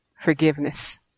forgiveness